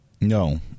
No